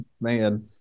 man